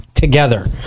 Together